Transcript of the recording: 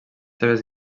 seves